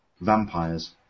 vampires